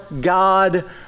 God